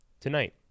tonight